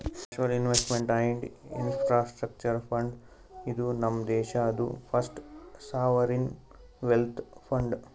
national investment and infrastructure fund, ಇದು ನಮ್ ದೇಶಾದು ಫಸ್ಟ್ ಸಾವರಿನ್ ವೆಲ್ತ್ ಫಂಡ್